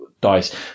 dice